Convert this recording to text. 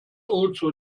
also